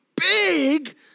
big